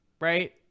right